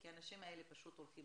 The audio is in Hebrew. כי האנשים האלה פשוט הולכים